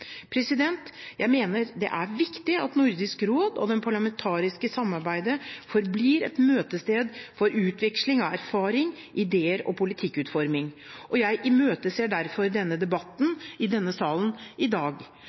Jeg mener det er viktig at Nordisk råd og det parlamentariske samarbeidet forblir et møtested for utveksling av erfaringer, ideer og politikkutforming. Jeg imøteser derfor debatten i denne salen i dag.